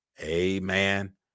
Amen